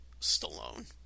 Stallone